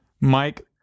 Mike